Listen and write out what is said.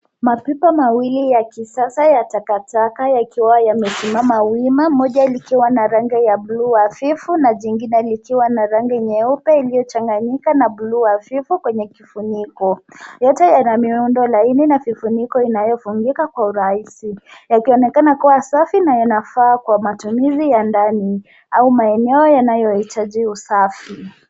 Mapipa mawili ya kisasa ya takataka yakiwa yamesimama wima, moja likiwa na rangi ya blue hafifu na jingine likiwa na rangi nyeupe iliyochanganyika na blue hafifu kwenye kifuniko. Yote yameundwa laini na kifuniko inayofungika kwa urahisi yakionekana kuwa safi na yanafaa kwa matumizi ya ndani au maeneo yanayohitaji usafi.